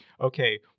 okay